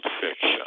fiction